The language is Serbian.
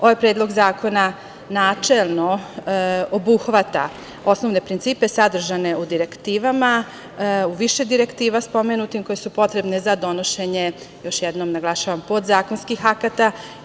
Ovaj Predlog zakona, načelno obuhvata osnovne principe sadržane u direktivama, u više spomenutih direktiva koje su potrebne za donošenje, još jednom naglašavam, podzakonskih akata.